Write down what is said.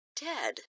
dead